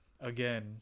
Again